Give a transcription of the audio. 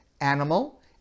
animal